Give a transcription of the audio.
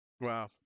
Wow